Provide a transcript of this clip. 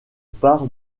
part